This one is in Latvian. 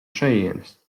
šejienes